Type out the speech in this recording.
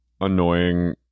annoying